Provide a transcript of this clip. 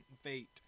fate